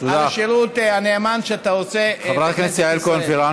על השירות הנאמן שאתה עושה לכנסת ישראל.